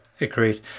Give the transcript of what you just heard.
agreed